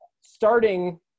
Starting